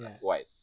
white